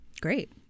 Great